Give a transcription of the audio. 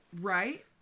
Right